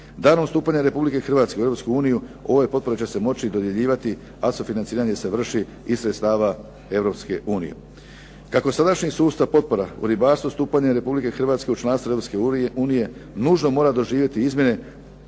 stupanja Republike Hrvatske u Europsku uniju ove potpore će se moći dodjeljivati, a sufinanciranje se vrši iz sredstava Europske unije. Kako sadašnji sustav potpora u ribarstvu stupanjem Republike Hrvatske u članstvo Europske unije nužno mora doživjeti izmjene,